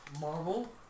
Marvel